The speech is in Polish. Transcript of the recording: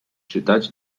czytać